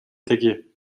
tegi